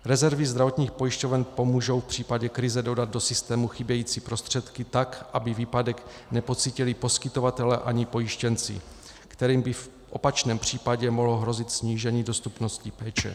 Rezervy zdravotních pojišťoven pomůžou v případě krize dodat do systému chybějící prostředky tak, aby výpadek nepocítili poskytovatelé ani pojištěnci, kterým by v opačném případě mohlo hrozit snížení dostupnosti péče.